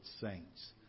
saints